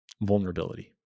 vulnerability